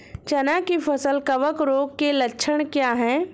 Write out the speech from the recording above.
चना की फसल कवक रोग के लक्षण क्या है?